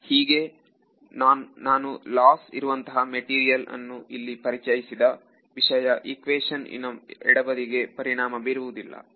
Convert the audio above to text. ಹೀಗೆ ನಾನು ಲಾಸ್ ಇರುವಂತಹ ಮೆಟೀರಿಯಲ್ ಅನ್ನು ಇಲ್ಲಿ ಪರಿಚಯಿಸಿದ ವಿಷಯ ಈಕ್ವೇಶನ್ ಇನ ಎಡಬದಿಗೆ ಪರಿಣಾಮ ಬೀರುವುದಿಲ್ಲ